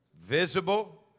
visible